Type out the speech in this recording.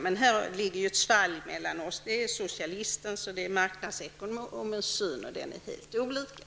Men här är det ett svalg mellan oss, mellan socialistens och marknadsekonomens syn; de är helt olika.